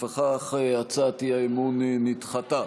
לפיכך הצעת האי-אמון נדחתה.